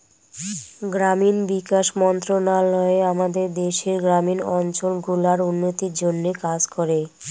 গ্রামীণ বিকাশ মন্ত্রণালয় আমাদের দেশের গ্রামীণ অঞ্চল গুলার উন্নতির জন্যে কাজ করে